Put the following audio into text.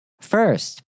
First